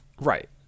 right